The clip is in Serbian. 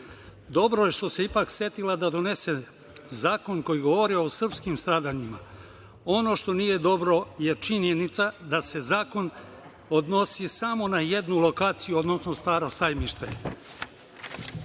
Dobro je što se ipak setila da donese zakon koji govori o srpskim stradanjima. Ono što nije dobro je činjenica da se zakon odnosi samo na jednu lokaciju, odnosno Staro Sajmište. Šta